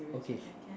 okay